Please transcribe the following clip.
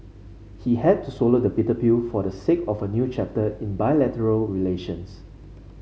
he had to swallow the bitter pill for the sake of a new chapter in bilateral relations